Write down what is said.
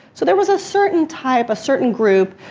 so, there was a certain type, a certain group,